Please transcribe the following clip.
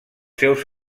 seus